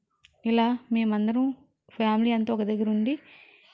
ఇలా మేమందరము ఫ్యామిలీ అంతా ఒక దగ్గర ఉండి